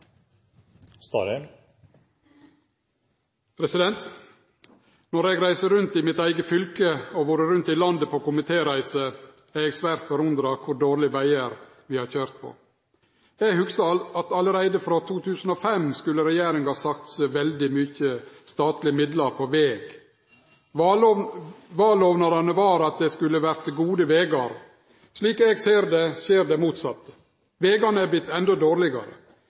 moderne. Når eg reiser rundt i mitt eige fylke og har vore rundt i landet på komitéreiser, er eg svært forundra over kor dårlege vegar vi har køyrt på. Eg hugsar at allereie frå 2005 skulle regjeringa satse veldig mykje statlege midlar på veg. Vallovnadene var at det skulle verte gode vegar. Slik eg ser det, skjer det motsette. Vegane har vorte endå dårlegare.